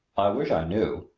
wish i knew,